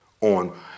on